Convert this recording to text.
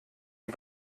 die